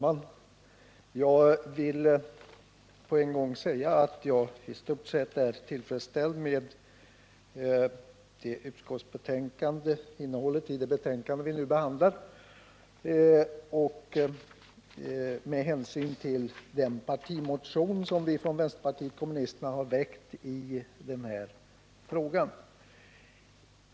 Herr talman! Jag vill genast säga att jag i stort sett är tillfredsställd med innehållet i det utskottsbetänkande som vi nu behandlar. Det är jag med hänsyn till den partimotion som vi från vänsterpartiet kommunisterna har väckt i den här frågan.